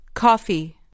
Coffee